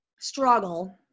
Struggle